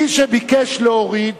מי שביקש להוריד